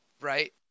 right